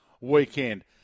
weekend